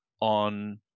on